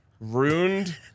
ruined